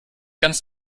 ganz